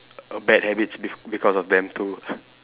a bad habits bec~ because of them too